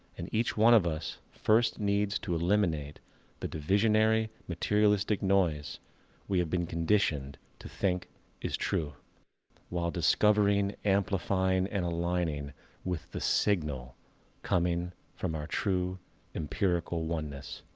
and each one of us first needs to eliminate the divisionary, materialistic noise we have been conditioned to think is true while discovering, amplifying and aligning with the signal coming from our true empirical oneness.